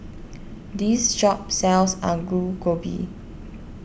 this shop sells Alu Gobi